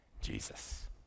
Jesus